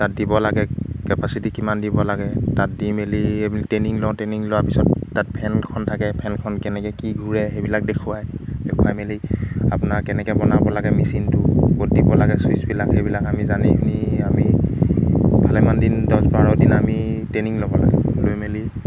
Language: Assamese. তাত দিব লাগে কেপাচিটি কিমান দিব লাগে তাত দি মেলি এইবেলি ট্ৰেইনিং লওঁ ট্ৰেইনিং লোৱাৰ পিছত তাত ফেনখন থাকে ফেনখন কেনেকৈ কি ঘূৰে সেইবিলাক দেখুৱায় দেখুৱাই মেলি আপোনাৰ কেনেকৈ বনাব লাগে মেচিনটো ক'ত দিব লাগে ছুইচবিলাক সেইবিলাক আমি জানি শুনি আমি ভালেমান দিন দহ বাৰদিন আমি ট্ৰেইনিং ল'ব লাগে লৈ মেলি